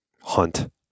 hunt